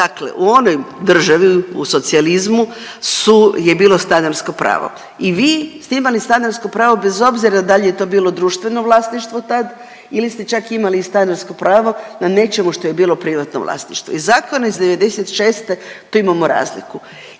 dakle u onoj državi u socijalizmu je bilo stanarsko pravo i vi ste imali stanarsko pravo bez obzira da li je to bilo društveno vlasništvo tad ili ste čak imali i stanarsko pravo na nečemu što je bilo privatno vlasništvo i zakon iz '96. tu imamo razliku